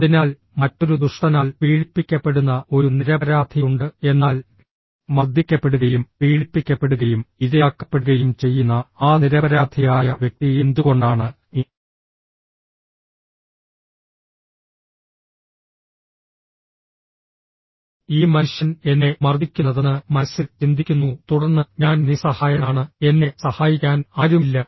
അതിനാൽ മറ്റൊരു ദുഷ്ടനാൽ പീഡിപ്പിക്കപ്പെടുന്ന ഒരു നിരപരാധിയുണ്ട് എന്നാൽ മർദ്ദിക്കപ്പെടുകയും പീഡിപ്പിക്കപ്പെടുകയും ഇരയാക്കപ്പെടുകയും ചെയ്യുന്ന ആ നിരപരാധിയായ വ്യക്തി എന്തുകൊണ്ടാണ് ഈ മനുഷ്യൻ എന്നെ മർദ്ദിക്കുന്നതെന്ന് മനസ്സിൽ ചിന്തിക്കുന്നു തുടർന്ന് ഞാൻ നിസ്സഹായനാണ് എന്നെ സഹായിക്കാൻ ആരുമില്ല